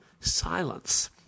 Silence –